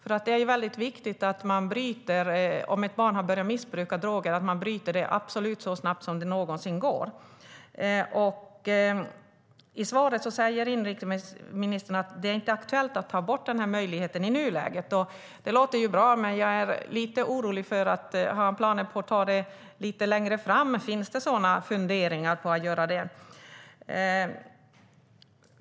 Om ett barn har börjat missbruka droger är det absolut viktigt att man bryter det så snabbt som det någonsin går. I svaret säger inrikesministern att det i nuläget inte är aktuellt att ta bort möjligheten. Det låter ju bra, men jag är lite orolig. Har man planer på att ta bort den lite längre fram? Finns det funderingar på att göra det?